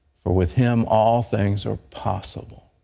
for with him, all things are possible.